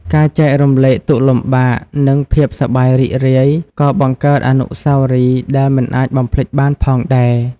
ការចែករំលែកទុក្ខលំបាក និងភាពសប្បាយរីករាយក៏បង្កើតអនុស្សាវរីយ៍ដែលមិនអាចភ្លេចបានផងដែរ។